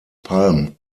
palm